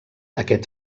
aquest